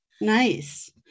Nice